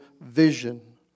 vision